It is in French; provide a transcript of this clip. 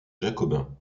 jacobins